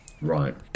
Right